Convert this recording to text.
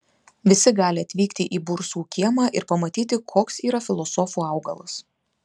visi gali atvykti į bursų kiemą ir pamatyti koks yra filosofų augalas